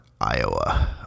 Iowa